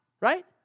right